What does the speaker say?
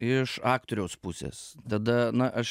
iš aktoriaus pusės tada na aš